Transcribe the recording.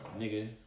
nigga